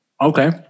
Okay